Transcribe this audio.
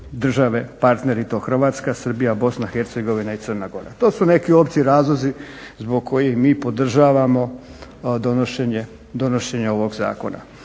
države partner, i to Hrvatska, Srbija, BIH i Crna Gora. To su neki opći razlozi zbog kojih mi podržavamo donošenje ovog zakona.